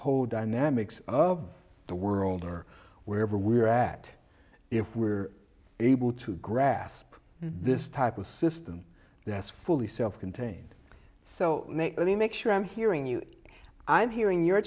whole dynamics of the world or wherever we are at if we're able to grasp this type of system that's fully self contained so let me make sure i'm hearing you i'm hearing you